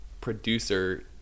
producer